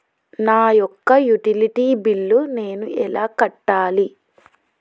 నా యొక్క utility bill నేను ఎలా కట్టాలి?